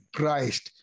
Christ